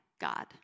God